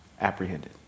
apprehended